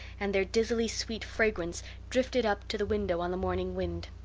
and their dizzily sweet fragrance drifted up to the window on the morning wind.